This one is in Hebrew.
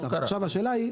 עכשיו השאלה היא,